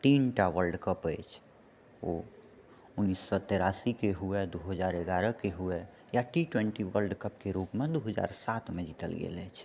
तीनटा वर्ल्डकप अछि ओ उन्नैस सए तेरासी कऽ हुए दू हजार एगारह कऽ हुए या टी ट्वेंटी वर्ल्डकपके रूपमे दू हजार सात मे जितल गेल अछि